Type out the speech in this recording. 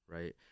right